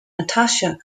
natasha